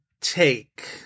take